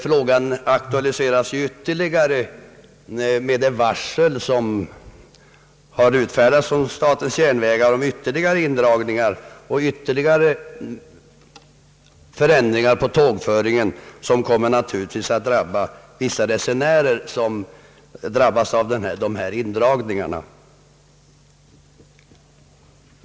Frågan aktualiseras ytterligare genom det varsel som utfärdats av statens järnvägar om ytterligare indragningar och förändringar i tågföringen, som naturligtvis kommer att drabba vissa resenärer.